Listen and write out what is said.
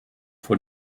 vor